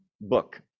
book